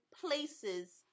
places